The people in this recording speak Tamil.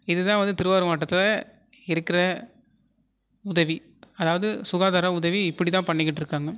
இதுதான் வந்து திருவாரூர் மாவட்டத்தில் இருக்கிற உதவி அதாவது சுகாதார உதவி இப்படிதான் பண்ணிக்கிட்டு இருக்காங்க